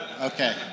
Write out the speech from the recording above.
okay